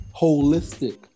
holistic